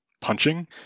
punching